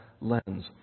lens